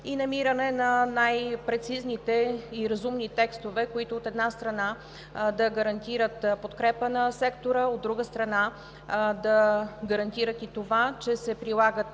и намиране на най-прецизните и разумни текстове, които, от една страна, да гарантират подкрепа на сектора, от друга страна – да гарантират и това, че се прилагат